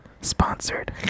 Sponsored